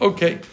Okay